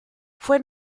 fue